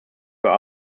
were